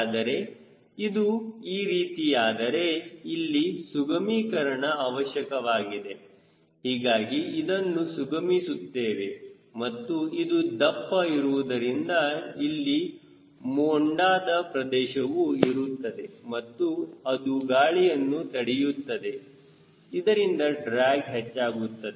ಆದರೆ ಇದು ಈ ರೀತಿಯಾದರೆ ಇಲ್ಲಿ ಸುಗಮಿಕರಣ ಅವಶ್ಯಕವಾಗಿದೆ ಹೀಗಾಗಿ ಅದನ್ನು ಸುಗಮಿಸುತ್ತೇವೆ ಮತ್ತು ಇದು ದಪ್ಪ ಇರುವುದರಿಂದ ಅಲ್ಲಿ ಮೊಂಡಾದ ಪ್ರದೇಶವು ಇರುತ್ತದೆ ಮತ್ತು ಅದು ಗಾಳಿಯನ್ನು ತಡೆಯುತ್ತದೆ ಇದರಿಂದ ಡ್ರ್ಯಾಗ್ ಹೆಚ್ಚಾಗುತ್ತದೆ